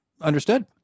understood